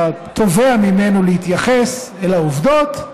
אתה תובע ממנו להתייחס אל העובדות,